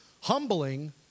Humbling